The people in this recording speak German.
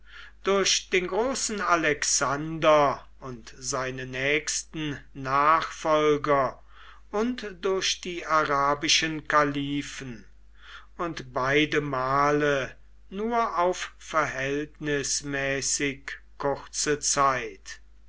durch den großen alexander und seine nächsten nachfolger und durch die arabischen kalifen und beide male nur auf verhältnismäßig kurze zeit